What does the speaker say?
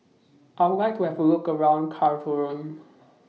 I Would like to Have A Look around Khartoum